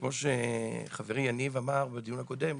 כמו שחברי יניב אמר בדיון הקודם,